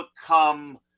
become